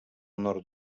nord